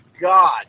God